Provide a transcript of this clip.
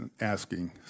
asking